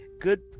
good